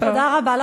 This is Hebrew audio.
תודה רבה.